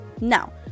Now